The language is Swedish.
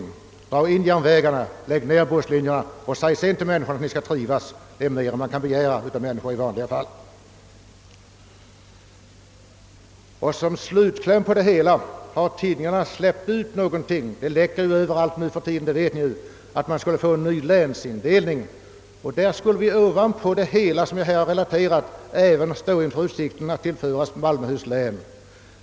Man drar in järnvägen, lägger ner busslinjerna och säger till människorna att de skall trivas. Det är mer än som kan begäras av människor i vanliga fall. Som slutkläm har tidningarna släppt ut någonting — det läcker ju överallt nuförtiden — om att vi skall få ny länsindelning. Förutom de ändringar jag tidigare har relaterat, står vi inför utsikten att tillföras Malmöhus län.